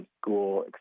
school